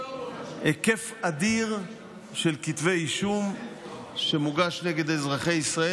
היקף אדיר של כתבי אישום שמוגשים נגד אזרחי ישראל.